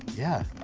yeah.